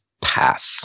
path